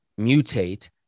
mutate